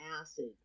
acid